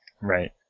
Right